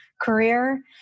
career